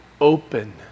open